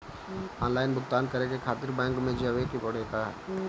Online भुगतान करे के खातिर बैंक मे जवे के पड़ेला का?